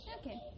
Okay